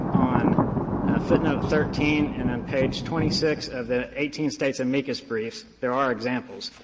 on footnote thirteen and on page twenty six of the eighteen states amicus briefs, there are examples.